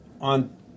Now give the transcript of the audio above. on